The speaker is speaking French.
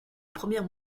première